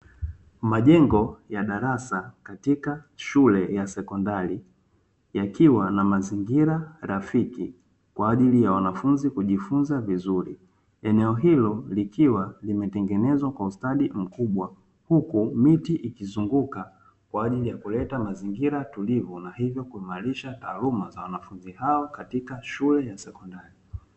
Majengo ya darasa katika shule ya sekondari yakiwa na mazingira rafiki kwa ajili ya wanafunzi kujifunza vizuri, eneo hilo likiwa limetengenezwa kwa ustadi mkubwa huku miti ikizunguka kwa ajili ya kuleta mazingira tulivu na hivyo kuimarisha taaluma wa wanafunzi hawa katika shule za sekondari.